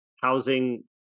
housing